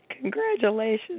Congratulations